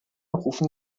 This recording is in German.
rufen